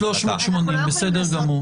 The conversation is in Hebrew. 380, בסדר גמור.